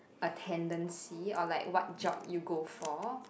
a tendency or like what job you go for